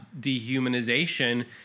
dehumanization